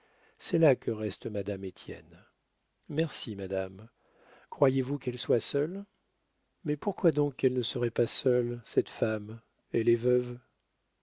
c'est là que reste madame étienne merci madame croyez-vous qu'elle soit seule mais pourquoi donc qu'elle ne serait pas seule cette femme elle est veuve